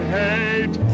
hate